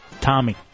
Tommy